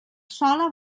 sola